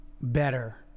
Better